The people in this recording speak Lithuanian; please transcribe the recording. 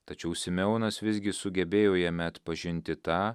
tačiau simeonas visgi sugebėjo jame atpažinti tą